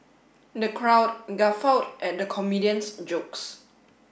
the crowd guffawed at the comedian's jokes